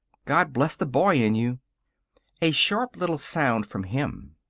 god bless the boy in you a sharp little sound from him.